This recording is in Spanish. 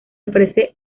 ofrece